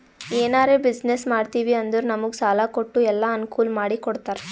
ಎನಾರೇ ಬಿಸಿನ್ನೆಸ್ ಮಾಡ್ತಿವಿ ಅಂದುರ್ ನಮುಗ್ ಸಾಲಾ ಕೊಟ್ಟು ಎಲ್ಲಾ ಅನ್ಕೂಲ್ ಮಾಡಿ ಕೊಡ್ತಾರ್